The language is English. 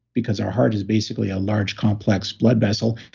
because our heart is basically a large complex blood vessel.